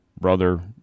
brother